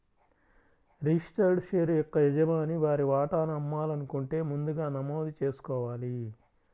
registered share యొక్క యజమాని వారి వాటాను అమ్మాలనుకుంటే ముందుగా నమోదు చేసుకోవాలి